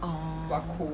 orh